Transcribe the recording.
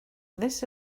this